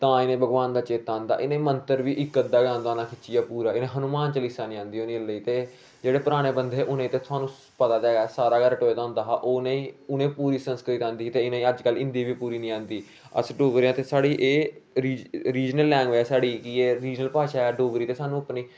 तां इनेंगी भगबान दा चेता आंदा इंहेगी मंत्र बी इक अद्धा गै आंदा होना खिच्चिये पूरा इनेंगी हनुमान चालीसा नेईं आंदी होनी ते जेहडे़ पराने बंदे है उनेंगी पता ते ऐ हा सारा गै रटोऐ दा होंदा हा हून उनेंगी पुरी सस्कृंत आंदी ही ते इंहेगी अजकल हिंदी बी पुरी नेई आंदी अस डोगरे हा ते साढ़ी एह् रीजनल लैंग्बेज ऐ साढ़ी रीजनल भाशा ऐ डोगरी ते सानू